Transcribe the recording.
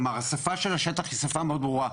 כלומר, השפה של השטח היא שפה מאוד ברורה.